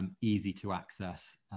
easy-to-access